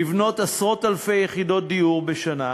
לבנות עשרות אלפי יחידות דיור בשנה,